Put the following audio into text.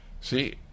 See